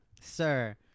sir